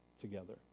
together